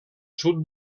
sud